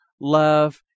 love